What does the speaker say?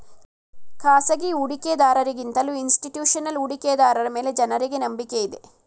ಖಾಸಗಿ ಹೂಡಿಕೆದಾರರ ಗಿಂತಲೂ ಇನ್ಸ್ತಿಟ್ಯೂಷನಲ್ ಹೂಡಿಕೆದಾರರ ಮೇಲೆ ಜನರಿಗೆ ನಂಬಿಕೆ ಇದೆ